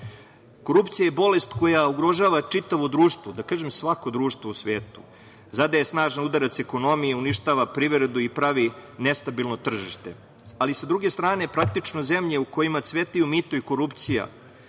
korupciju. Korupcija je bolest koja ugrožava čitavo društvo, da kažem, svako društvo u svetu. Zadaje snažan udarac ekonomije i uništava privredu i pravi nestabilno tržište. Sa druge strane, praktično zemlje u kojima cvetaju mito i korupcija,